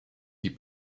die